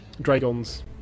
Dragon's